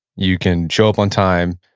you can show up on time,